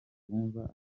rwumva